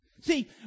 See